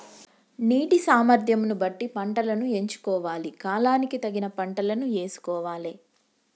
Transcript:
నీటి సామర్థ్యం ను బట్టి పంటలను ఎంచుకోవాలి, కాలానికి తగిన పంటలను యేసుకోవాలె